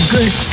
Good